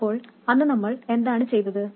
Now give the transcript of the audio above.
അപ്പോൾ അന്ന് നമ്മൾ എന്താണ് ചെയ്തത്